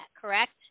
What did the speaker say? correct